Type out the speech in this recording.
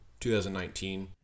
2019